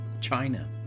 China